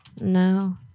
no